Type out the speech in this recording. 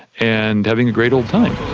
and having a great old time.